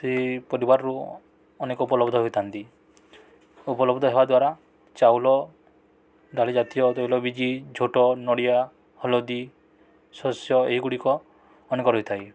ସେଇ ପରିବାରରୁ ଅନେକ ଉପଲବ୍ଧ ହୋଇଥାନ୍ତି ଉପଲବ୍ଧ ହେବା ଦ୍ୱାରା ଚାଉଳ ଡାଲି ଜାତୀୟ ତୈଳବୀଜ ଝୋଟ ନଡ଼ିଆ ହଳଦୀ ଶସ୍ୟ ଏଗୁଡ଼ିକ ଅନେକ ରହିଥାଏ